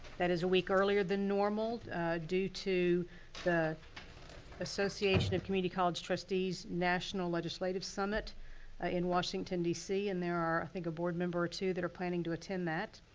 that is a week earlier than normal due to the association of community college trustees, national legislative summit in washington, d c. and there are i think a board member that are planning to attend that.